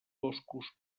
boscos